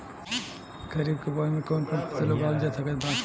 खरीब के बोआई मे कौन कौन फसल उगावाल जा सकत बा?